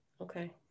Okay